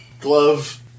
glove